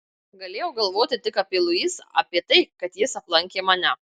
galėjau galvoti tik apie luisą apie tai kad jis aplankė mane